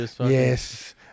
yes